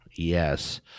Yes